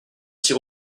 s’y